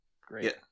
great